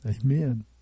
Amen